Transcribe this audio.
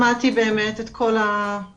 שמעתי באמת את כל הדוברות,